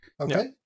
okay